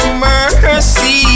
mercy